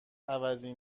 عوضی